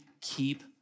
keep